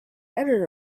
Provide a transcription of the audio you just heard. editor